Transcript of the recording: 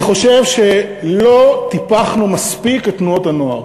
אני חושב שלא טיפחנו מספיק את תנועות הנוער